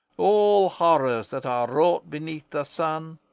all horrors that are wrought beneath the sun,